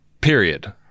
Period